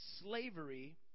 slavery